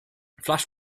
flash